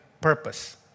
purpose